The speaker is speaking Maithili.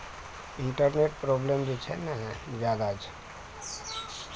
इंटरनेट प्रॉब्लम जे छै ने जादा छै